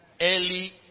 Early